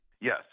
Yes